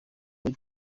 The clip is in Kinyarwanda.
kuri